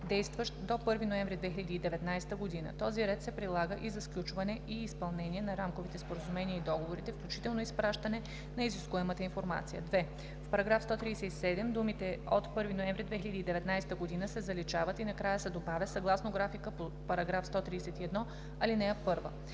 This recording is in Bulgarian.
действащ до 1 ноември 2019 г. Този ред се прилага и за сключване и изпълнение на рамковите споразумения и договорите, включително изпращане на изискуемата информация.“ 2. В § 137 думите „от 1 ноември 2019 г.“ се заличават и накрая се добавя „съгласно графика по § 131, ал. 1“.